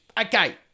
okay